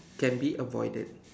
can be avoided